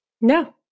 No